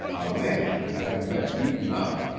a man, having been beaten up,